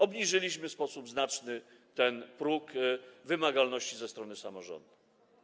Obniżyliśmy w sposób znaczny ten próg wymagalności ze strony samorządu.